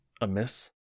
amiss